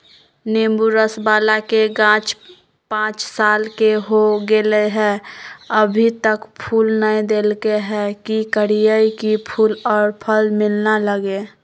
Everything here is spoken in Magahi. नेंबू रस बाला के गाछ पांच साल के हो गेलै हैं अभी तक फूल नय देलके है, की करियय की फूल और फल मिलना लगे?